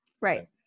Right